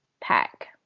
pack